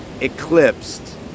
eclipsed